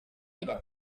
spread